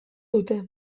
dute